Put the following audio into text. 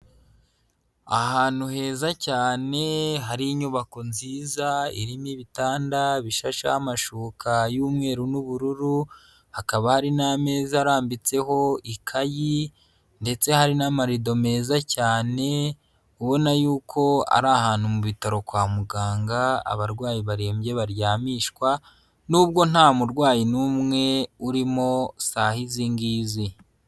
Ahantu heza cyane hari inyubako nziza irimo ibitanda bishasheho amashuka y'umweru n'ubururu, hakaba hari n'ameza arambitseho ikayi ndetse hari n'amarido meza cyane ubona yuko ari ahantu mu bitaro kwa muganga abarwayi barembye baryamishwa n'ubwo nta murwayi n'umwe urimo saha izi ngizi.